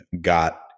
got